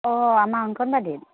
অঁ আমাৰ অংগনবাদীত